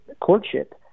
courtship